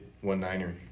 one-niner